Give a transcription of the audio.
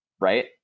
right